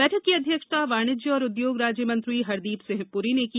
बैठक की अध्यक्षता वाणिज्य और उद्योग राज्यी मंत्री हरदीप सिंह पुरी ने की